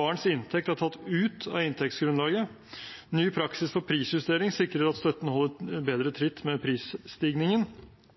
Barns inntekt er tatt ut av inntektsgrunnlaget. Ny praksis for prisjustering sikrer at støtten holder bedre